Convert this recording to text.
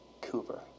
Cooper